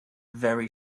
very